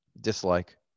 Dislike